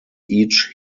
each